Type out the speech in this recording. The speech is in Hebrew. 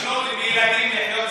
לשלול מילדים לחיות בכבוד זה אנושי?